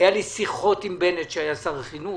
היו לי שיחות עם בנט, שהיה שר החינוך,